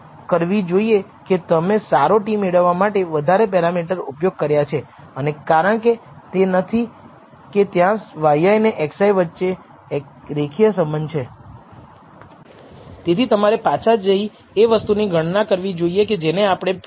આપણે જાણીએ છીએ કે જો કોઈ યુનિટનું સમારકામ કરવામાં આવતું નથી તો આ સેલ્સમેન દ્વારા સ્પષ્ટપણે કોઈ સમય લેવો જોઈએ નહીં